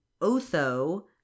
Otho